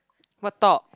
what talk